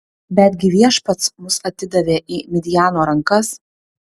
betgi viešpats mus atidavė į midjano rankas